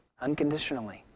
unconditionally